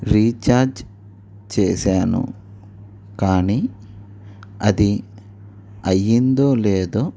recharge చేశాను కానీ అది అయ్యిందో లేదో